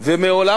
ומעולם,